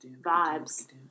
vibes